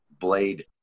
blade